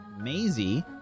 Maisie